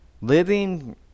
Living